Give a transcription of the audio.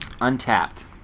Untapped